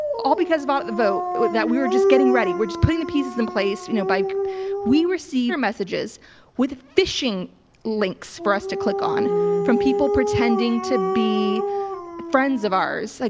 all because of audit the vote that we were just getting ready. we're just putting the pieces in place, you know, by we receive twitter messages with phishing links for us to click on from people pretending to be friends of ours, like